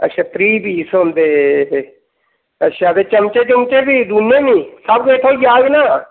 अच्छा त्रीह् पीस होंदे ते अच्छा चम्मचे चमूचे बी डूने बी सब किश थ्होई जाह्ग न